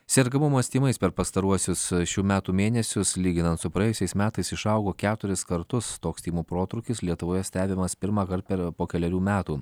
sergamumas tymais per pastaruosius šių metų mėnesius lyginant su praėjusiais metais išaugo keturis kartus toks tymų protrūkis lietuvoje stebimas pirmąkart per po kelerių metų